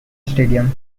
stadium